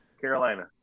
Carolina